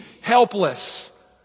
helpless